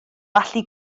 allu